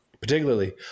particularly